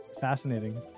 fascinating